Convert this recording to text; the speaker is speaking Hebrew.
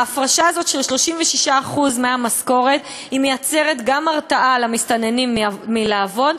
ההפרשה הזאת של 36% מהמשכורת מייצרת גם הרתעה למסתננים מלעבוד,